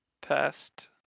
passed